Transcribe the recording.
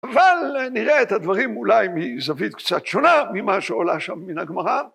אבל נראה את הדברים אולי מזווית קצת שונה ממה שעולה שם, מן הגמרא.